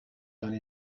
done